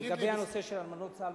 לנושא של אלמנות צה"ל.